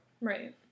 Right